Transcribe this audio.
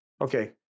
okay